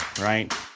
right